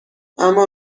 اما